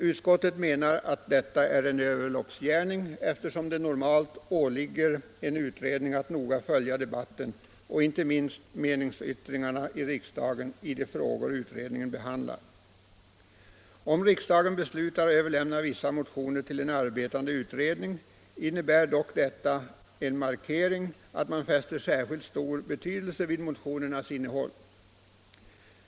Utskottet menar att detta är en överloppsgärning, eftersom det normalt åligger en utredning att noga följa debatten och inte minst meningsyttringarna i riksdagen i de frågor utredningen behandlar. Om riksdagen beslutar överlämna vissa motioner till en arbetande utredning innebär dock detta en markering av att man fäster särskilt stor betydelse vid motionernas innehåll.